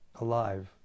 alive